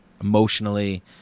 emotionally